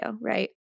right